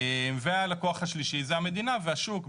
הלקוח השלישי זה המדינה והשוק.